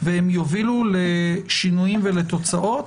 והם יובילו לשינויים ולתוצאות